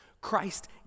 Christ